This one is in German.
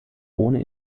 ohne